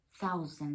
Thousands